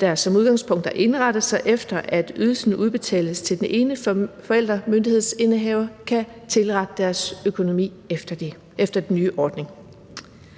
der som udgangspunkt har indrettet sig efter, at ydelsen udbetales til den ene forældremyndighedsindehaver, kan tilrette deres økonomi efter den nye ordning.